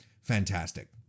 fantastic